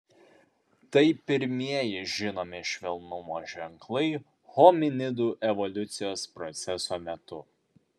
tai pirmieji žinomi švelnumo ženklai hominidų evoliucijos proceso metu